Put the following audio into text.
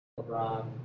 LeBron